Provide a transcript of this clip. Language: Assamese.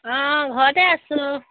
অঁ ঘৰতে আছোঁ